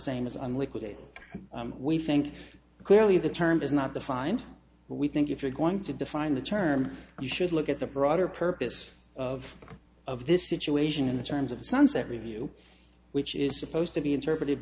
same as an liquidated we think clearly the term is not defined but we think if you're going to define the term you should look at the broader purpose of of this situation in the terms of a sunset review which is supposed to be interpreted